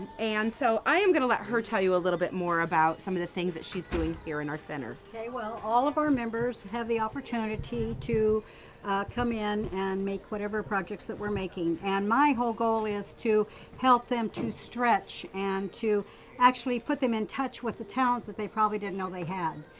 and so i am going to let her tell you a little bit more about some of the things that she's doing here in our center. well, all of our members have the opportunity to come in and make whatever projects that we're making. and my whole goal is to help them to stretch and to actually put them in touch with the talents that they probably didn't know they had.